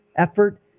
Effort